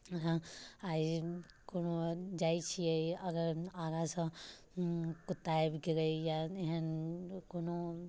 आइ कोनो जाइ छियै अगर आगाँसँ कुत्ता आबि गेलै या एहन कोनो